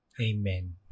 Amen